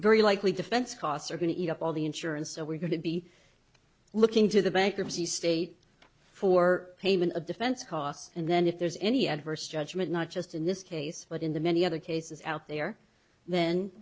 very likely defense costs are going to eat up all the insurance so we're going to be looking to the bankruptcy state for payment of defense costs and then if there's any adverse judgment not just in this case but in the many other cases out there then